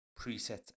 presets